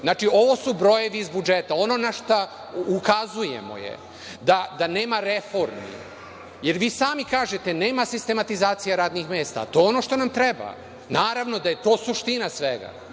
Znači, ovo su brojevi iz budžeta. Ono na šta ukazujemo je da nema reformi, jer vi sami kažete da nema sistematizacije radnih mesta. To je ono što nam treba. Naravno da je to suština svega,